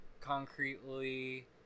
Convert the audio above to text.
concretely